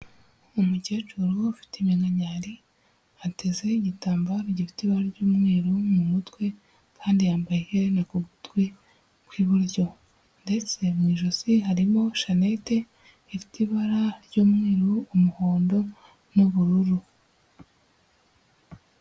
Umukecuru ufite iminkanyari ateze igitambaro gifite ibara ry'umweru mu mutwe, kandi yambaye iherena ku gutwi kw'iburyo ndetse mu ijosi harimo shanete ifite ibara ry'umweru, umuhondo n'ubururu.